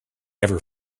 ever